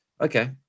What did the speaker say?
okay